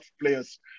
players